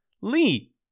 Lee